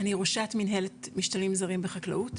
אני ראשת מנהלת משתלמים זרים בחקלאות,